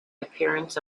appearance